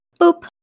Boop